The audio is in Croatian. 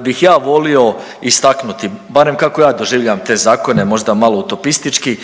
bih ja volio istaknuti, barem kako ja doživljavam te zakone možda malo utopistički.